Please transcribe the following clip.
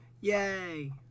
Yay